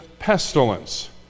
Pestilence